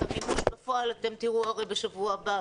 את המימוש בפועל אתם תראו הרי בשבוע הבא,